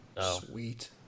Sweet